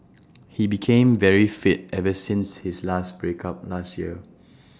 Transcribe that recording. he became very fit ever since his last break up last year